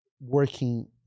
working